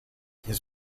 his